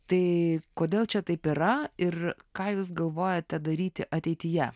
tai kodėl čia taip yra ir ką jūs galvojate daryti ateityje